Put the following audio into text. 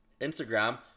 instagram